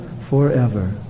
forever